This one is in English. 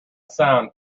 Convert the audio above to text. sound